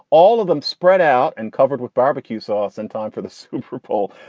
all of them spread out and covered with barbecue sauce and time for the super bowl.